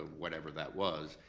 ah whatever that was,